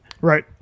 Right